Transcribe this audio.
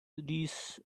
these